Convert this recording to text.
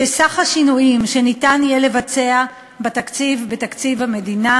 שסך השינויים שיהיה אפשר לבצע בתקציב המדינה